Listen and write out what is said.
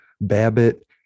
Babbitt